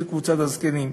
היא קבוצת הזקנים,